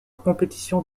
compétition